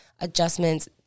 adjustments